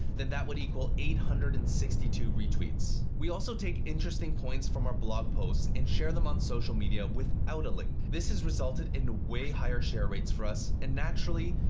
then that would equal eight hundred and sixty two retweets. we also take interesting points from our blog posts and share them on social media without a link. this has resulted in way higher share rates for us and naturally,